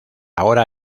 ahora